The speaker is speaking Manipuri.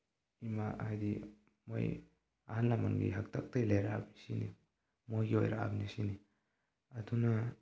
ꯏꯃꯥ ꯍꯥꯏꯗꯤ ꯃꯣꯏ ꯑꯍꯜ ꯂꯃꯟꯒꯤ ꯍꯥꯛꯇꯛꯇꯒꯤ ꯂꯩꯔꯛꯑꯕꯁꯤꯅꯤ ꯃꯣꯏꯒꯤ ꯑꯣꯏꯔꯛ ꯑꯝꯅꯤ ꯁꯤꯅꯤ ꯑꯗꯨꯅ